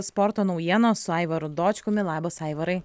sporto naujienos su aivaru dočkumi labas aivarai